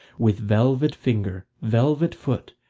with velvet finger, velvet foot,